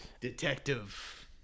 Detective